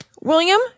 William